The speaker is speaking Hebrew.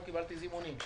לא קיבלתי זימונים.